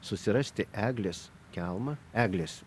susirasti eglės kelmą eglės